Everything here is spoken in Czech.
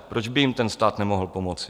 Proč by jim ten stát nemohl pomoci?